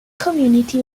community